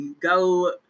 go